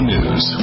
News